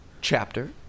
chapter